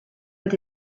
with